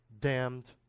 damned